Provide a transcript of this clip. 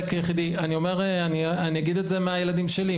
אני אגיד את זה מהילדים שלי.